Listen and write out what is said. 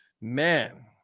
man